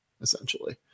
essentially